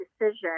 decision